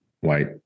white